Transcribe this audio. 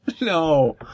No